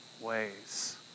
ways